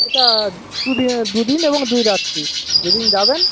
এটা দুদিনে দুদিন এবং দুইরাত্রি যেদিন যাবেন